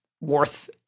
worth